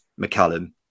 McCallum